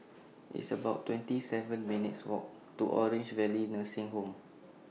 It's about twenty seven minutes' Walk to Orange Valley Nursing Home